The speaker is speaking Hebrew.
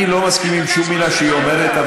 אני לא מסכים עם שום מילה שהיא אומרת,